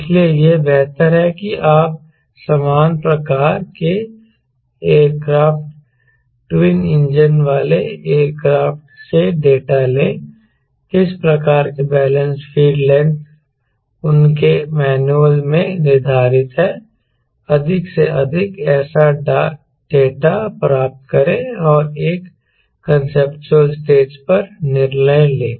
इसलिए यह बेहतर है कि आप समान प्रकार के एयरक्राफ्ट ट्विन इंजन वाले एयरक्राफ्ट से डेटा लें किस प्रकार के बैलेंस फील्ड लेंथ उनके मैनुअल में निर्धारित है अधिक से अधिक ऐसे डेटा प्राप्त करें और एक कांसेप्चुअल स्टेज पर निर्णय लें